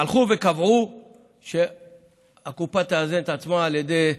הלכו וקבעו שהקופה תאזן את עצמה על ידי,